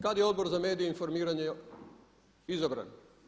Kada je Odbor za medije i informiranje izabran?